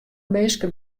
minsken